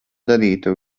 darītu